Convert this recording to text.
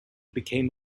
became